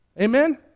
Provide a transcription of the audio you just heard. Amen